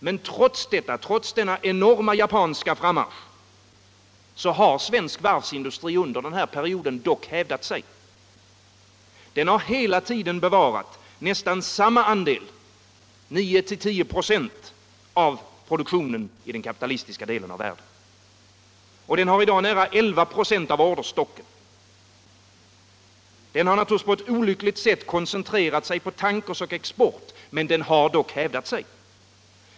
Men trots denna enorma japanska frammarsch har svensk varvsindustri under den här perioden hävdat sig. Den har hela tiden bevarat nästan samma andel, 9-10 96, av produktionen i den kapitalistiska delen av världen. Den har i dag nära 11 94 av orderstocken. Den har naturligtvis på ett olyckligt sätt koncentrerat sig på tankers och export, men den har dock hävdat sig.